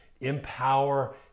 empower